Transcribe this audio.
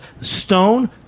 Stone